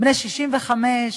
בני 65,